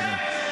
תודה.